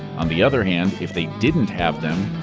on the other hand, if they didn't have them,